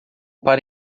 para